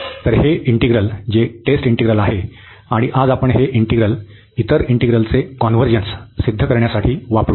तर हे इंटिग्रल जे टेस्ट इंटिग्रल आहे आणि आज आपण हे इंटिग्रल इतर इंटिग्रलचे कॉन्व्हर्जन्स सिद्ध करण्यासाठी वापरू